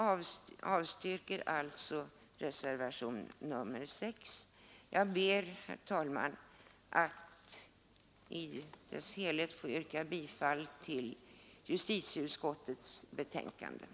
Jag yrkar alltså bifall till utskottets hemställan även under L, vilket innebär avslag på reservationen 6.